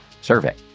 survey